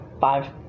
five